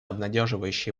обнадеживающие